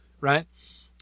right